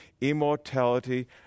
immortality